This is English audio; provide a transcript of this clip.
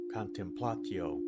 contemplatio